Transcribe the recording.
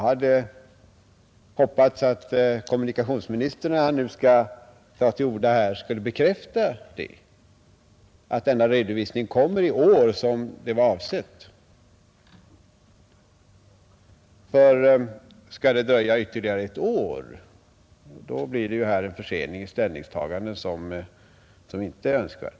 När kommunikationsministern om en stund tar till orda, hoppas jag att han kommer att bekräfta att denna redovisning kommer i år, som var avsett. Om det dröjer ytterligare ett år blir det ju en försening i ställningstagandet som inte är önskvärd.